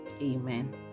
amen